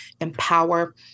empower